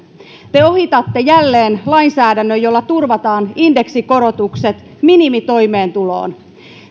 te ohitatte jälleen lainsäädännön jolla turvataan indeksikorotukset minimitoimeentuloon